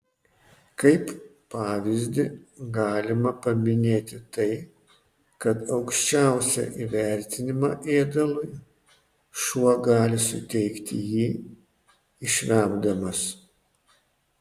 kaip pavyzdį galima paminėti tai kad aukščiausią įvertinimą ėdalui šuo gali suteikti jį išvemdamas